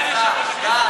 סגן יושב-ראש הכנסת.